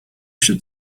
should